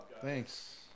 Thanks